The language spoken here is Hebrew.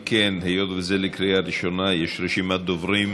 אם כן, היות שזה לקריאה ראשונה יש רשימת דוברים.